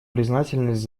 признательность